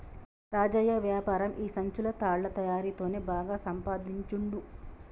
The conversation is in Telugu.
రాజయ్య వ్యాపారం ఈ సంచులు తాళ్ల తయారీ తోనే బాగా సంపాదించుండు